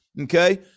okay